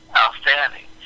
outstanding